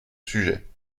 sujet